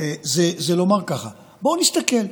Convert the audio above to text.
זה לומר ככה: בואו נסתכל,